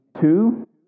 two